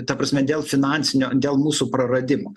ta prasme dėl finansinio dėl mūsų praradimo